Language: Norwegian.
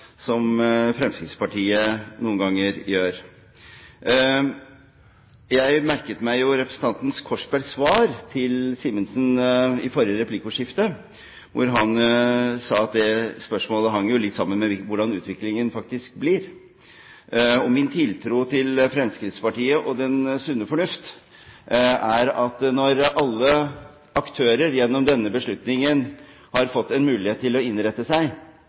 som Fremskrittspartiet noen ganger gjør. Jeg merket meg jo representanten Korsbergs svar til Simensen i forrige replikkordskifte, hvor han sa at det spørsmålet vil henge litt sammen med hvordan utviklingen faktisk blir. Min tiltro til Fremskrittspartiet og den sunne fornuft er at når alle aktører gjennom denne beslutningen har fått en mulighet til å innrette seg